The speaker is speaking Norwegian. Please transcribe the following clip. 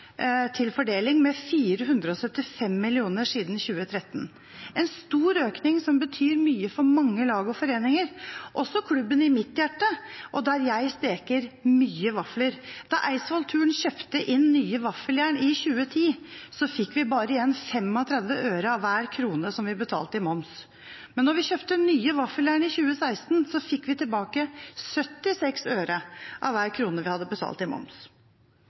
til fordeling med 475 mill. kr siden 2013, en stor økning som betyr mye for mange lag og foreninger, også klubben i mitt hjerte, der jeg steker mye vafler. Da Eidsvold Turn kjøpte inn nye vaffeljern i 2010, fikk vi bare igjen 35 øre av hver krone som vi betalte i moms. Men da vi kjøpte nye vaffeljern i 2016, fikk vi tilbake 76 øre av hver krone vi hadde betalt i moms.